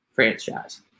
franchise